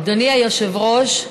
אדוני היושב-ראש,